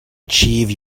achieve